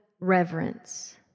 Reverence